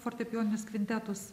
fortepijoninius kvintetus